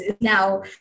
now